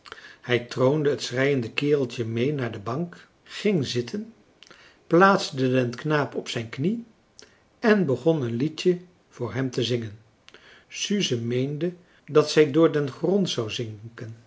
hij troonde het schreiende kereltje mee naar de bank ging zitten plaatste den knaap op zijn knie en begon een liedje voor hem te zingen suze meende dat zij door den grond zou zinken